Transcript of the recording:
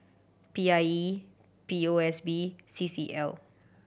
P I E P O S B C C L